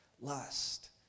lust